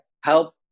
help